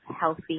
healthy